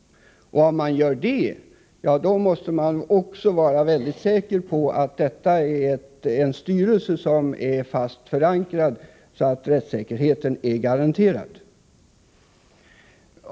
Om man gör det måste man också vara mycket säker på att styrelsen där är fast förankrad, så att rättssäkerheten blir garanterad.